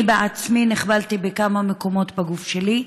אני בעצמי נחבלתי בכמה מקומות בגוף שלי,